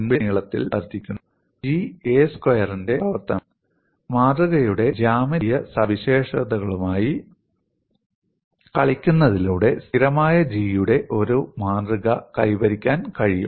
വിള്ളലിന്റെ നീളത്തിന്റെ സ്ക്വയർ ആയി G വർദ്ധിക്കുന്നു G a സ്ക്വയറിന്റെ പ്രവർത്തനമാണ് മാതൃകയുടെ ജ്യാമിതീയ സവിശേഷതകളുമായി കളിക്കുന്നതിലൂടെ സ്ഥിരമായ G യുടെ ഒരു മാതൃക കൈവരിക്കാൻ കഴിയും